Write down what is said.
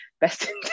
best